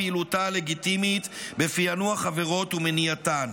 ופעילותה הלגיטימית בפענוח עבירות ומניעתן.